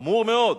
חמור מאוד.